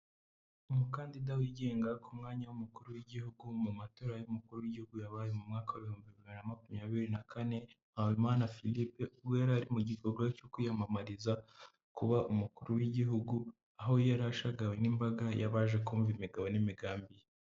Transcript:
Umukandida wigenga ku mwanya w'umukuru w'igihugu mu matora y'umukuru w'igihugu yabaye mu mwaka w'ibihumbi bibiri na makumyabiri na kane, Mpawimana Philippe ubwo yari ari mu gikorwa cyo kwiyamamariza kuba umukuru w'igihugu, aho yari ashagawe n'imbaga y'abaje kumva imigabo n'imigambi ye.